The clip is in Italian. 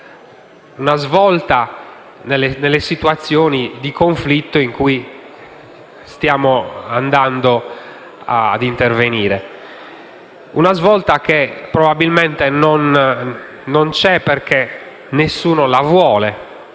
una svolta nelle situazioni di conflitto in cui stiamo intervenendo; una svolta che probabilmente non c'è perché nessuno la vuole.